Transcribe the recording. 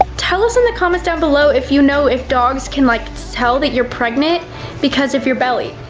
tell us in the comments down below if you know if dogs can like so tell that you're pregnant because of your belly.